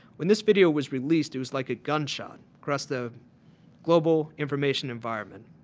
when this video was released it was like a gunshot across the global information environment.